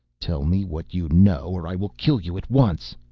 tell me what you know or i will kill you at once.